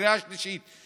קריאה שלישית.